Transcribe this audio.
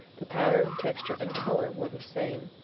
the pattern, texture and color were the same.